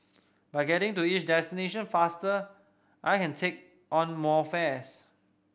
by getting to each destination faster I can take on more fares